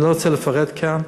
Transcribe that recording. אני לא רוצה לפרט כאן.